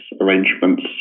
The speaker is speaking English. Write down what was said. arrangements